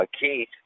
Keith